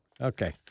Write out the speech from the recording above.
Okay